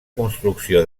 construcció